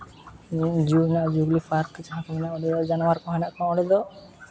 zoo ᱦᱮᱱᱟᱜᱼᱟ Jubilee park ᱡᱟᱦᱟᱸ ᱠᱚ ᱢᱮᱱᱟ ᱚᱸᱰᱮ ᱡᱟᱱᱚᱣᱟᱨ ᱠᱚ ᱦᱮᱱᱟᱜ ᱠᱚᱣᱟ ᱚᱸᱰᱮ ᱫᱚ